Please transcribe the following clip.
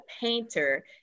painter